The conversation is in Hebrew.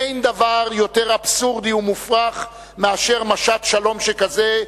אין דבר יותר אבסורדי ומופרך מאשר משט שלום שכזה,